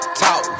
talk